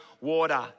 water